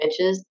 bitches